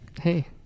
Hey